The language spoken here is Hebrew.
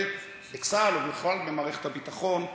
בצה"ל או בכלל במערכת הביטחון החוצה.